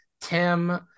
Tim